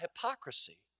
hypocrisy